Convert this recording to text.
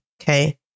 okay